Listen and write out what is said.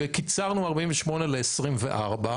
קיצרנו 48 ל-24,